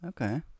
okay